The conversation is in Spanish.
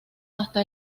hasta